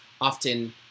often